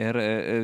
ir